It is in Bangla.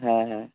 হ্যাঁ হ্যাঁ